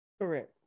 Correct